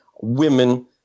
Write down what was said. women